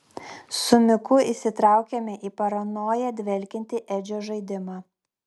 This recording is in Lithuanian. su miku įsitraukėme į paranoja dvelkiantį edžio žaidimą